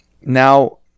Now